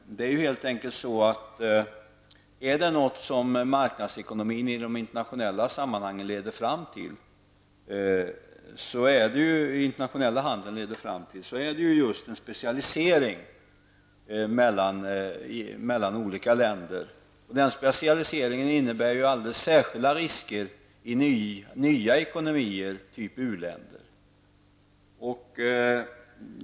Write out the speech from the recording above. Är det något som marknadsekonomin leder fram till när det gäller den internationella handeln är det just till en specialisering de olika länderna emellan. Denna specialisering innebär ju alldeles särskilda risker i nya ekonomier, typ uländer.